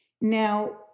Now